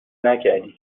نکردی